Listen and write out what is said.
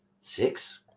six